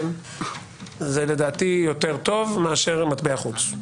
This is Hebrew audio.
זה לדעתי יותר טוב מאשר מטבע חוץ.